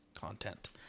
content